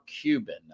Cuban